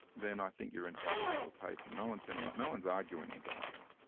then i think you're entitled to a patent. no-one's kind of no-one's arguing about that.